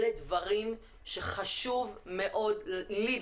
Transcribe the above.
אלה דברים שחשוב מאוד לדעת,